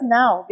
now